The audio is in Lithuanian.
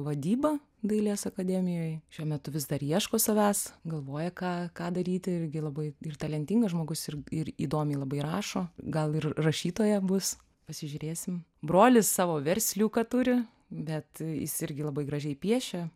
vadybą dailės akademijoj šiuo metu vis dar ieško savęs galvoja ką ką daryti irgi labai ir talentingas žmogus ir ir įdomiai labai rašo gal ir rašytoja bus pasižiūrėsim brolis savo versliuką turi bet jis irgi labai gražiai piešia